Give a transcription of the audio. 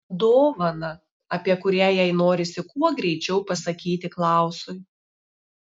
dovaną apie kurią jai norisi kuo greičiau pasakyti klausui